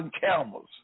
camels